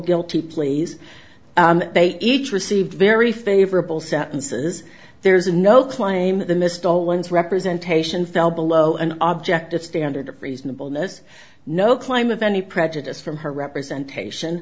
guilty pleas they each received very favorable sentences there's no claim the missed all ones representation fell below an object a standard of reasonable miss no claim of any prejudice from her representation